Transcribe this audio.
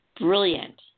Brilliant